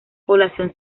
población